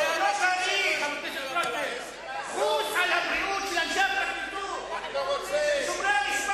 חוס על הבריאות של אנשי הפרקליטות, אני לא רוצה.